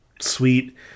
sweet